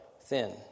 thin